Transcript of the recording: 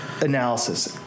analysis